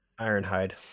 Ironhide